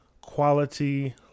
quality